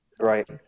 right